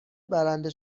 برنده